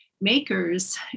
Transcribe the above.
makers